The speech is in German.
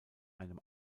einem